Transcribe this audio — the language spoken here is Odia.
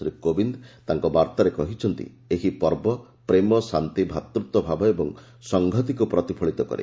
ଶ୍ରୀ କୋବିନ୍ଦ ତାଙ୍କ ବାର୍ତ୍ତାରେ କହିଛନ୍ତି ଏହି ପର୍ବ ପ୍ରେମ ଶାନ୍ତି ଭାତୃତ୍ୱ ଭାବ ଏବଂ ସଂହତିକ୍ ପ୍ରତିଫଳିତ କରେ